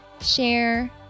share